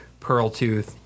Pearltooth